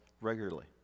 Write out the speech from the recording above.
regularly